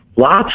lots